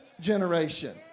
generation